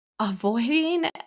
avoiding